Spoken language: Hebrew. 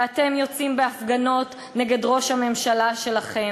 ואתם יוצאים בהפגנות נגד ראש הממשלה שלכם.